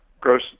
gross